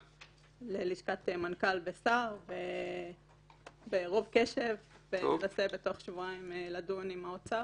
ללשכת מנכ"ל ושר ברוב קשב וננסה בתוך שבועיים לדון עם האוצר.